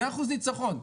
100% ניצחון.